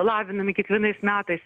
lavinami kiekvienais metais